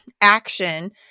action